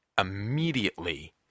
immediately